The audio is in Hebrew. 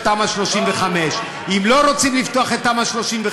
של תמ"א 35. אם לא רוצים לפתוח את תמ"א 35,